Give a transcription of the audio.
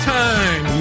time